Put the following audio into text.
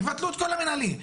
תבטלו את כל המינהלי.